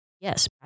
yes